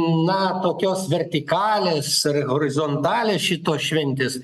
na tokios vertikalės horizontalės šitos šventės